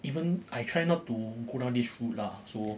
even I try not to go down this road lah so